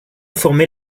formait